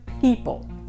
people